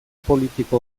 politiko